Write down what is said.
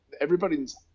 everybody's